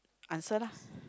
answer lah